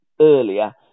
earlier